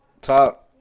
Top